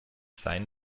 sein